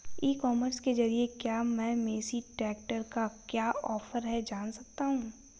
ई commerce के ज़रिए क्या मैं मेसी ट्रैक्टर का क्या ऑफर है जान सकता हूँ?